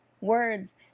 words